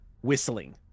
whistling